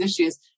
issues